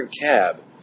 cab